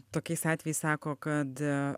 tokiais atvejais sako kad